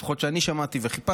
לפחות לפי מה שאני שמעתי וחיפשתי,